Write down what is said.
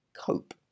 cope